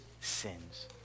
sins